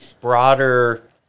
broader